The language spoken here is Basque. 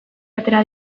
atera